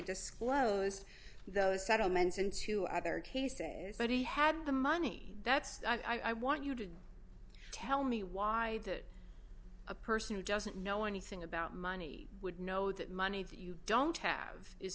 disclosed those settlements in two other cases but he had the money that's i want you to tell me why that a person who doesn't know anything about money would know that money that you don't have is